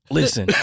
Listen